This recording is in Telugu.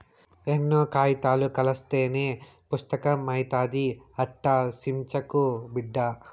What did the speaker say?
ఎన్నో కాయితాలు కలస్తేనే పుస్తకం అయితాది, అట్టా సించకు బిడ్డా